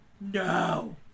No